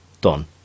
done